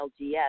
LGS